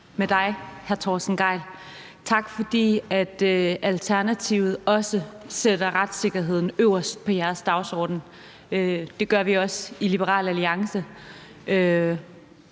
med dig, hr. Torsten Gejl. Tak, fordi I i Alternativet også sætter retssikkerheden øverst på jeres dagsorden. Det gør vi også i Liberal Alliance,